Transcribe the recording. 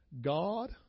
God